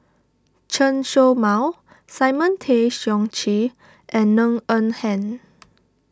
Chen Show Mao Simon Tay Seong Chee and Ng Eng Hen